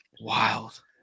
wild